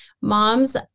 moms